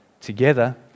together